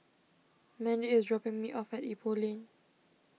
Mendy is dropping me off at Ipoh Lane